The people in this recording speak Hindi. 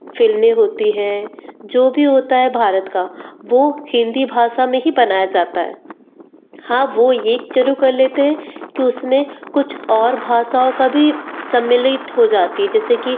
फ़िल्में होती हैं जो भी होता है भारत का वो हिंदी भाषा में ही बनाया जाता है हाँ वो ये जरूर कर लेते हैं कि उसमें कुछ और भाषाओं का भी सम्मिलित हो जाती हैं जैसे कि